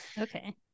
okay